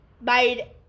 made